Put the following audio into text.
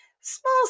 small